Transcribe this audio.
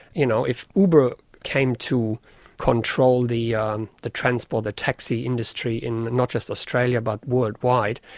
you know if uber came to control the um the transport, the taxi industry in not just australia but worldwide,